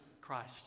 Christ